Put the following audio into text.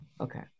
Okay